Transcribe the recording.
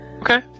Okay